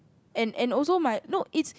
and and also my no is